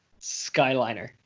Skyliner